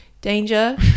danger